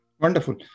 Wonderful